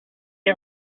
you